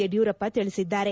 ಯಡಿಯೂರಪ್ಪ ತಿಳಿಸಿದ್ದಾರೆ